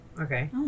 Okay